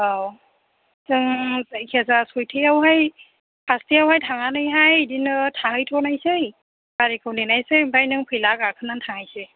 औ जों जायखिजाया सयथायावहाय फासथायावहाय थांनानैहाय बिदिनो थाहैथ'नायसै गारिखौ नेनायसै ओमफ्राय नों फैब्ला गाखोना थांनायसै